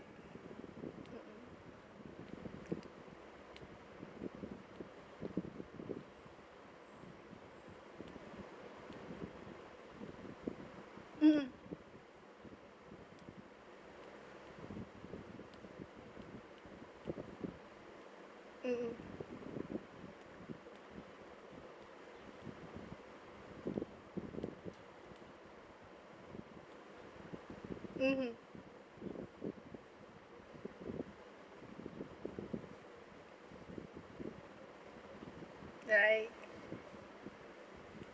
mmhmm mmhmm mmhmm right